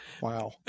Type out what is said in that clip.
Wow